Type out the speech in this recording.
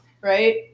right